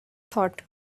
thought